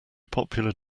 popular